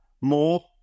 more